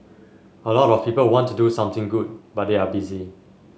a lot of people want to do something good but they are busy